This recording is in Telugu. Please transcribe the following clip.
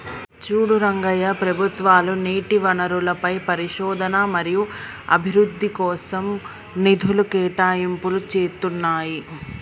చూడు రంగయ్య ప్రభుత్వాలు నీటి వనరులపై పరిశోధన మరియు అభివృద్ధి కోసం నిధులు కేటాయింపులు చేతున్నాయి